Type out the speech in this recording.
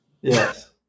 Yes